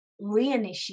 reinitiate